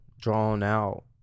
drawn-out